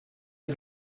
der